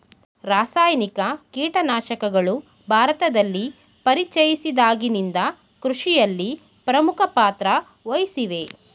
ರಾಸಾಯನಿಕ ಕೀಟನಾಶಕಗಳು ಭಾರತದಲ್ಲಿ ಪರಿಚಯಿಸಿದಾಗಿನಿಂದ ಕೃಷಿಯಲ್ಲಿ ಪ್ರಮುಖ ಪಾತ್ರ ವಹಿಸಿವೆ